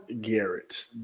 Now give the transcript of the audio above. Garrett